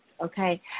okay